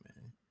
man